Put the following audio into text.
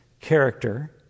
character